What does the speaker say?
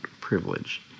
privilege